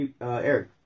Eric